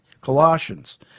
Colossians